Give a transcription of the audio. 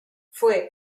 fue